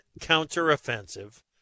counteroffensive